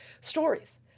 stories